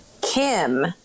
Kim